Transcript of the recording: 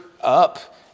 up